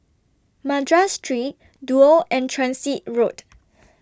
Madras Street Duo and Transit Road